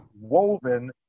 woven